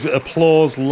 applause